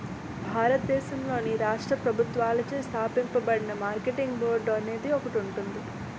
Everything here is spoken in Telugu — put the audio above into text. భారతదేశంలోని రాష్ట్ర ప్రభుత్వాలచే స్థాపించబడిన మార్కెటింగ్ బోర్డు అనేది ఒకటి ఉంటుంది